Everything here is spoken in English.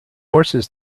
horses